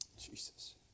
Jesus